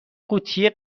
قوطی